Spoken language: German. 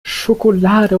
schokolade